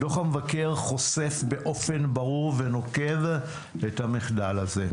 דוח המבקר חושף באופן ברור ונוקב את המחדל הזה,